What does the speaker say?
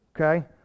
okay